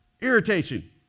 Irritation